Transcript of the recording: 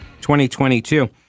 2022